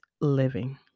living